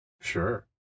Sure